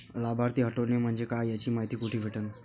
लाभार्थी हटोने म्हंजे काय याची मायती कुठी भेटन?